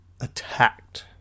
attacked